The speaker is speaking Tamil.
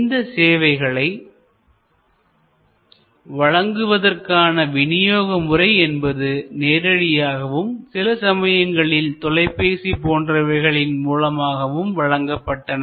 இந்த சேவைகளை வழங்குவதற்கான வினியோக முறை என்பது நேரடியாகவும் சில சமயங்களில் தொலைபேசி போன்றவைகளின் மூலமாகவும் வழங்கப்பட்டன